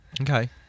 okay